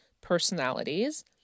personalities